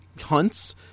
hunts